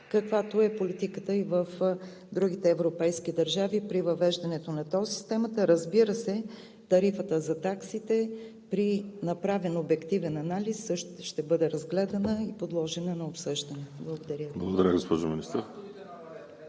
каквато е политиката и в другите европейски държави при въвеждането на тол системата. Разбира се, тарифата за таксите при направен обективен анализ също ще бъде разгледана и подложена на обсъждане. Благодаря Ви.